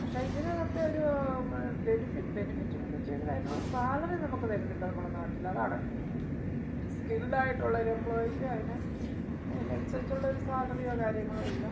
പക്ഷെ ഇതിന് ഒക്കെ ഒരൂ ബെനിഫിറ്റ് ബെനിഫിറ്റെന്ന് വച്ചാൽ അതിനുള്ള സാലറി നമുക്ക് തരുന്നില്ല നമ്മുടെ നാട്ടിൽ അതാണ് സ്കിൽഡായിട്ടുള്ള ഒരു എമ്പ്ലോയിക്ക് അതിന് അതിനനുസരിച്ചുള്ള ഒരു സാലറിയോ കാര്യങ്ങളോ ഇല്ല